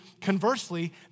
conversely